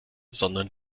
sondern